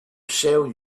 sell